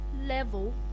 level